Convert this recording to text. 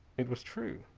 it was true.